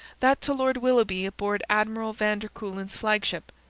that to lord willoughby aboard admiral van der kuylen's flagship.